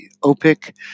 OPIC